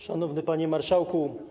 Szanowny Panie Marszałku!